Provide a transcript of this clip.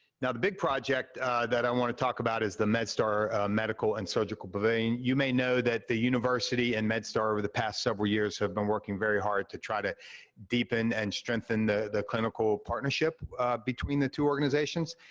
now, the big project that i want to talk about is the medstar medical and surgical pavilion. you may know that the university and medstar over the past several years, have been working very hard to try to deepen and strengthen the the clinical partnership between the two organizations?